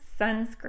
sunscreen